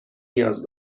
نیاز